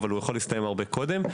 אבל הוא יכול להסתיים הרבה קודם.